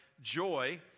joy